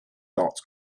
dot